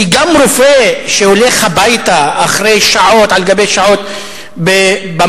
כי גם רופא שהולך הביתה אחרי שעות על גבי שעות במחלקה,